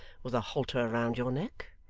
with a halter round your neck?